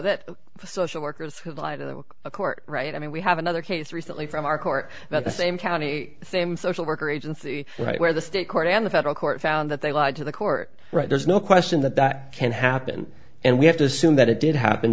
the social workers who live in a court right i mean we have another case recently from our court that the same county i think and social worker agency right where the state court and the federal court found that they lied to the court right there's no question that that can happen and we have to assume that it did happen